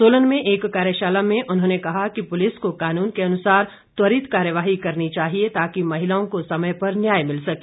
सोलन में एक कार्यशाला में उन्होंने कहा कि पुलिस को कानून के अनुसार त्वरित कार्यवाही करनी चाहिए ताकि महिलाओं को समय पर न्याय मिल सके